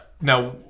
Now